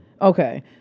Okay